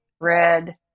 red